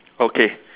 okay